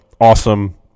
awesome